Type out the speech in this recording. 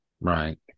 right